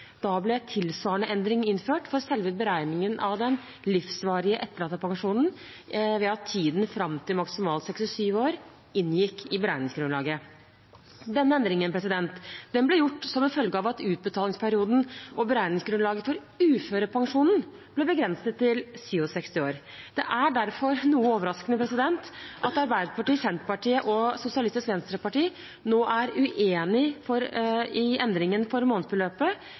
Da ble tilsvarende endring innført for selve beregningen av den livsvarige etterlattepensjonen ved at tiden fram til maksimalt 67 år inngikk i beregningsgrunnlaget. Endringen ble gjort som følge av at utbetalingsperioden og beregningsgrunnlaget for uførepensjon ble begrenset til 67 år. Det er derfor noe overraskende at Arbeiderpartiet, Senterpartiet og Sosialistisk Venstreparti nå er uenig i endringen for månedsbeløpet.